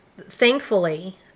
Thankfully